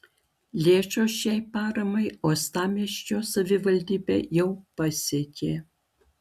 lėšos šiai paramai uostamiesčio savivaldybę jau pasiekė